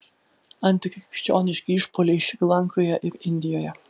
antikrikščioniški išpuoliai šri lankoje ir indijoje